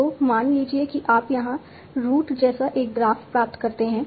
तो मान लीजिए कि आप यहां रूट जैसा एक ग्राफ प्राप्त करते हैं